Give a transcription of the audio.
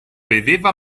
beveva